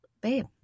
babe